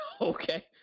Okay